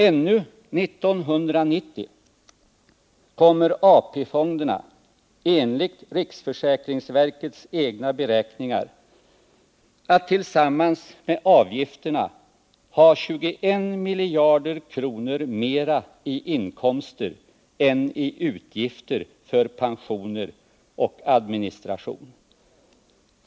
Ännu 1990 kommer AP-fonderna enligt riksförsäkringsverkets egna beräkningar att tillsammans med avgifterna ha 21 miljarder kronor mera i inkomster än i utgifter för pensioner och administration.